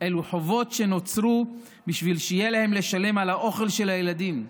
חובות שנוצרו בשביל שיהיה להם לשלם על האוכל של הילדים,